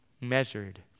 measured